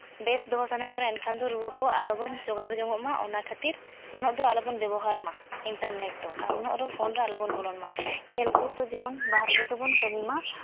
ᱵᱮᱥ ᱫᱚᱦᱚ ᱥᱟᱱᱟᱭᱮᱫ ᱵᱚᱱᱟ ᱮᱱᱠᱷᱟᱱ ᱨᱩᱣᱟᱹ ᱠᱚ ᱟᱞᱚᱵᱚᱱ ᱡᱳᱜᱟᱲ ᱡᱚᱱᱚᱜᱼᱢᱟ ᱚᱱᱟ ᱠᱷᱟᱹᱛᱤᱨ ᱩᱱᱟᱹᱜ ᱫᱚ ᱟᱞᱚᱵᱚᱱ ᱵᱮᱵᱚᱦᱟᱨᱢᱟ ᱤᱱᱴᱟᱨᱱᱮᱴ ᱫᱚ ᱟᱨ ᱩᱱᱟᱹᱜ ᱟᱞᱚ ᱯᱷᱳᱱ ᱨᱮ ᱟᱞᱚ ᱵᱚᱱᱢᱟ ᱠᱷᱮᱞ ᱠᱚᱫ ᱡᱮᱢᱚᱱ ᱵᱟᱦᱨᱮ ᱨᱮᱜᱮ ᱵᱚᱱ ᱠᱟᱹᱢᱤᱢᱟ